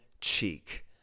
cheek